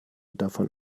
davon